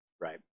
right